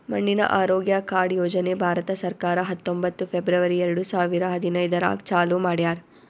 ಮಣ್ಣಿನ ಆರೋಗ್ಯ ಕಾರ್ಡ್ ಯೋಜನೆ ಭಾರತ ಸರ್ಕಾರ ಹತ್ತೊಂಬತ್ತು ಫೆಬ್ರವರಿ ಎರಡು ಸಾವಿರ ಹದಿನೈದರಾಗ್ ಚಾಲೂ ಮಾಡ್ಯಾರ್